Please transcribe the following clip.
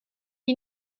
die